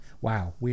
Wow